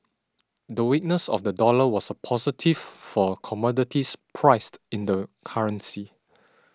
the weakness of the dollar was a positive for commodities priced in the currency